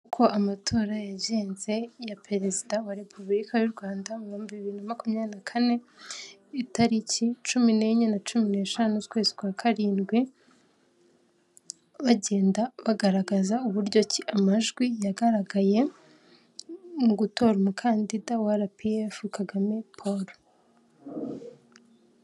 Uko amatora yagenze ya perezida wa repubulika y'u rwanda mubihumbibiri makumyabiri na kane itariki cumi n'enye na cumi n'eshanu ukwezi kwa karindwi bagenda bagaragaza uburyo amajwi yagaragaye mu gutora umukandida wa RPF kagame paul.